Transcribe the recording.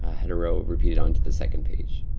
ah header row repeated onto the second page.